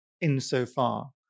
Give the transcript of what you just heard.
insofar